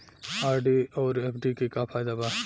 RD आउर FD के का फायदा बा?